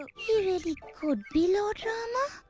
and he really could be lord um